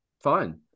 fine